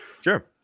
sure